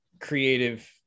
creative